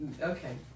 Okay